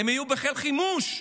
הם יהיו בחיל חימוש.